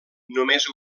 només